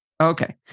Okay